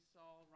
Saul